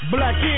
Black